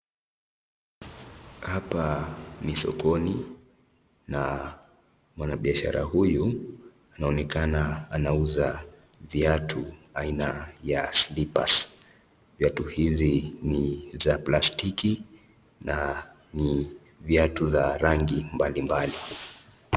Hapa ni sokoni na mwanabiashara huyu anaonekana anauza viatu aina ya slippers . Viatu hizi ni za plastiki na ni viatu za rangi mbalimbali.